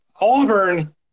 Auburn